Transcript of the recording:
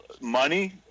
money